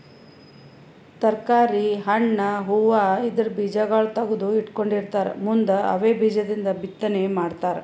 ತರ್ಕಾರಿ, ಹಣ್ಣ್, ಹೂವಾ ಇದ್ರ್ ಬೀಜಾಗೋಳ್ ತಗದು ಇಟ್ಕೊಂಡಿರತಾರ್ ಮುಂದ್ ಅವೇ ಬೀಜದಿಂದ್ ಬಿತ್ತನೆ ಮಾಡ್ತರ್